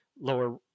lower